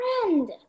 friend